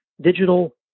digital